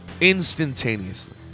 instantaneously